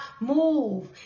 move